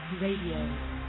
Radio